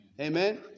Amen